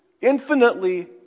infinitely